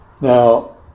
Now